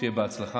שיהיה לך בהצלחה.